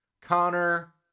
Connor